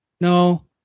no